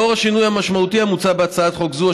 לאור השינוי המשמעותי המוצע בהצעת חוק זו,